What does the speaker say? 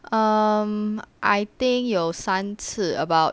um I think 有三次 about